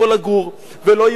ולא יהיו להם מקומות עבודה,